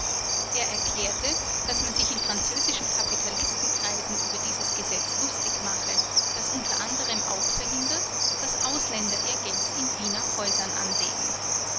er erklärte daß man sich in französischen kapitalistenkreisen über dieses gesetz lustig mache das unter anderem auch verhindert daß ausländer ihr geld in wiener häusern anlegen